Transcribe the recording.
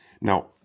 Now